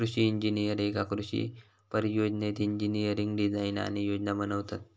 कृषि इंजिनीयर एका कृषि परियोजनेत इंजिनियरिंग डिझाईन आणि योजना बनवतत